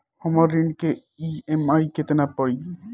हमर ऋण के ई.एम.आई केतना पड़ी?